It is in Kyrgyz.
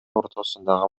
ортосундагы